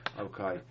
Okay